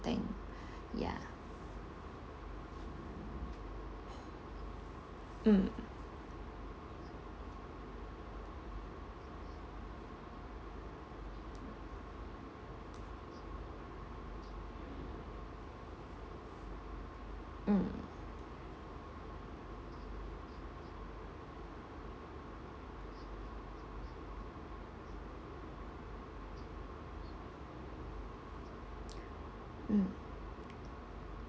think ya mm mm mm